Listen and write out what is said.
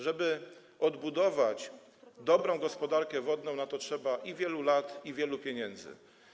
Żeby odbudować dobrą gospodarkę wodną, trzeba i wielu lat, i wiele pieniędzy.